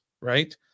right